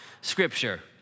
Scripture